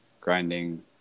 grinding